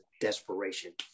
desperation